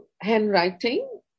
handwriting